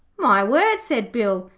my word said bill,